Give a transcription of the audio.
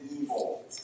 evil